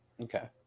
Okay